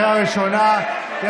לריאה ראשונה.